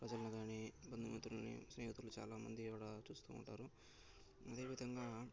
ప్రజలను కాని బంధుమిత్రులని స్నేహితులు చాలామందిని అక్కడ చూస్తూ ఉంటారు అదేవిధంగా